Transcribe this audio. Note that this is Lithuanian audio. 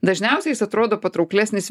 dažniausiai jis atrodo patrauklesnis